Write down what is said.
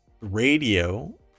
radio